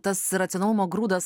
tas racionalumo grūdas